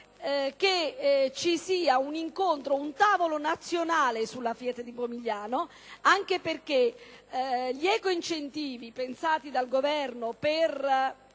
che ci sia un incontro, un tavolo nazionale, sulla FIAT di Pomigliano d'Arco, anche perché gli ecoincentivi pensati dal Governo per